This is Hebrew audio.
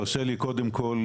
קודם כול,